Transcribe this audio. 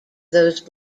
those